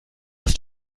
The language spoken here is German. ist